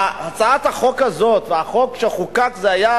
הצעת החוק הזאת והחוק שחוקק, זה היה